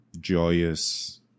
joyous